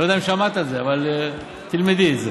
לא יודע אם שמעת על זה, אבל תלמדי את זה.